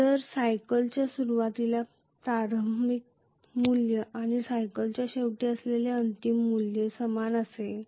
जर या कालचक्राच्या सुरूवातीस प्रारंभिक मूल्य आणि या कालचक्राच्या शेवटी असलेले अंतिम मूल्य समान असेल